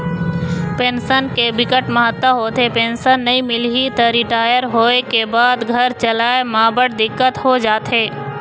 pension के बिकट महत्ता होथे, पेंसन नइ मिलही त रिटायर होए के बाद घर चलाए म बड़ दिक्कत हो जाथे